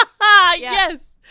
Yes